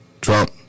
Trump